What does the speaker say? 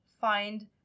find